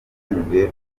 rwisumbuye